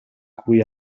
cui